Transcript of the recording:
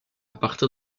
partir